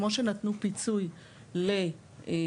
כמו שנתנו פיצוי לעצמאים,